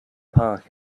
park